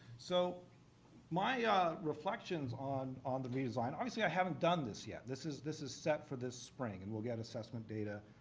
so my reflections on on the redesign obviously i haven't done this yet. this is this is set for this spring. and we'll get assessment data,